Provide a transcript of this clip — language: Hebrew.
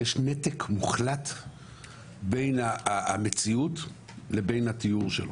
יש נתק מוחלט בין המציאות לבין התיאור שלו,